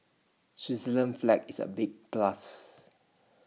Switzerland's flag is A big plus